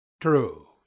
True